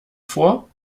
vor